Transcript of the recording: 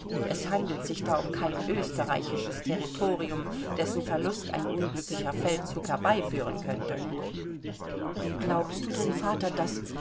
es handelt sich da um kein österreichisches territorium dessen verlust ein unglücklicher feldzug herbeiführen könnte glaubst du denn vater daß